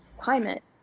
climate